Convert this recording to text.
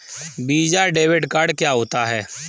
Visa debit card क्या होता है?